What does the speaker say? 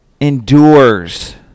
Endures